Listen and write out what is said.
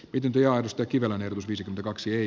kari uotilan ehdotus viisi kaksi